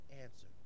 answer